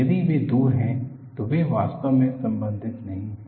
यदि वे दूर हैं तो वे वास्तव में सम्बन्धित नहीं हैं